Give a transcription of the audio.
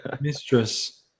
mistress